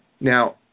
Now